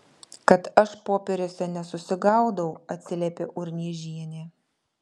kad aš popieriuose nesusigaudau atsiliepė urniežienė